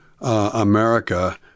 America